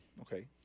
Okay